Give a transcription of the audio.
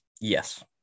Yes